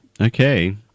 Okay